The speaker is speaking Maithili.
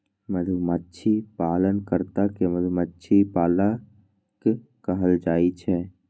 मधुमाछी पालन कर्ता कें मधुमक्खी पालक कहल जाइ छै